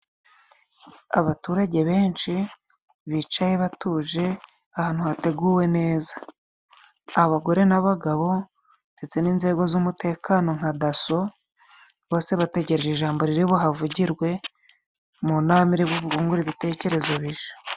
Abaturage benshi bicaye batuje ahantu hateguwe neza. Abagore n'abagabo ndetse n'inzego z'umutekano nka daso, bose bategereje ijambo riri buhavugirwe, mu nama iri bibungure ibitekerezo bishya.